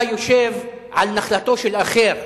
אתה יושב על נחלתו של אחר,